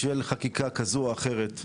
בשל חקיקה כזו או אחרת,